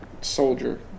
soldier